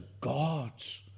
gods